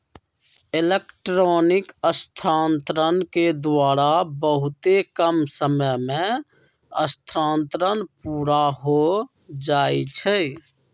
electronic स्थानान्तरण के द्वारा बहुते कम समय में स्थानान्तरण पुरा हो जाइ छइ